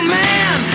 man